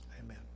Amen